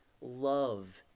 love